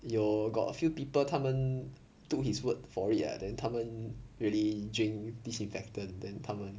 有 got a few people 他们 took his word for it lah then 他们 really drink disinfectant then 他们